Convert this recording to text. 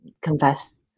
confess